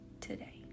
today